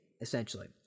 essentially